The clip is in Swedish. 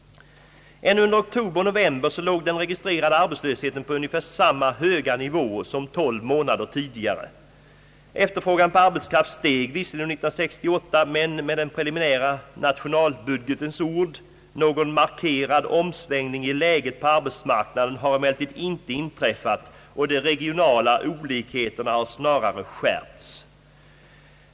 Ännu under oktober och november låg den registrerade arbetslösheten på ungefär samma höga nivå som 12 månader tidigare. Efterfrågan på arbetskraft steg visserligen under 1968 men — med den preliminära nationalbudgetens ord — »någon markerad omsvängning i läget på arbetsmarknaden har emellertid inte inträffat och de re gionala = olikheterna har = snarare skärpts».